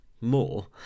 more